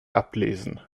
ablesen